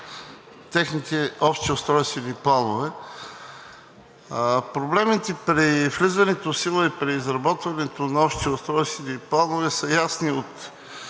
техните общи устройствени планове. Проблемите при влизането в сила и при изработването на общи устройствени планове са ясни от